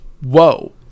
Whoa